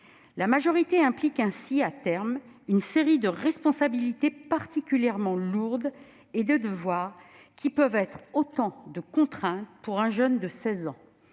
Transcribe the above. La majorité implique ainsi, à terme, une série de responsabilités particulièrement lourdes, mais aussi de devoirs, qui peuvent être autant de contraintes pour un jeune de 16 ans